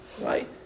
right